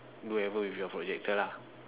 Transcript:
do whatever with your projector lah